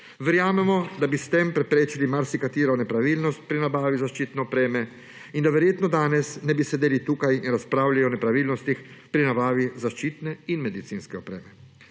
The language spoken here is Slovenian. Verjamemo, da bi s tem preprečili marsikatero nepravilnost pri nabavi zaščitne opreme in da verjetno danes ne bi sedeli tukaj in razpravljali o nepravilnostih pri nabavi zaščitne in medicinske opreme.